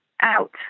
out